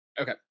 Okay